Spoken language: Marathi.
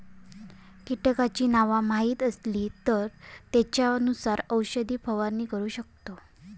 कीटकांची नावा माहीत असली तर त्येंच्यानुसार औषधाची फवारणी करू शकतव